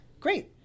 great